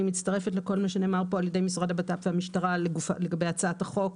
אני מצטרפת לכל מה שנאמר פה על-ידי משרד הבט"פ והמשטרה לגבי הצעת החוק,